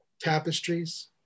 tapestries